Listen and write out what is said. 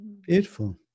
Beautiful